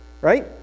right